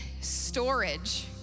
storage